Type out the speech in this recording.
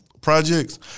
projects